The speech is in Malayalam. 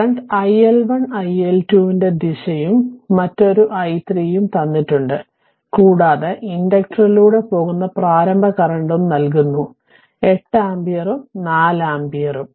കറന്റ് iL1 iL2 ന്റെ ദിശയും മറ്റൊരു i3 ഉം തന്നിട്ടുണ്ട് കൂടാതെ ഇൻഡക്റ്ററിലൂടെ പോകുന്ന പ്രാരംഭ കറന്റും നൽകുന്നു 8 ആംപിയറും 4 ആംപിയറും